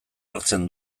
hartzen